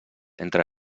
entre